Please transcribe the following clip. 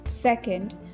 Second